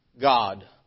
God